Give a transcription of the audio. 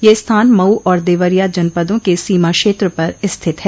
यह स्थान मऊ और देवरिया जनपदों के सीमा क्षेत्र पर स्थित है